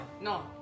no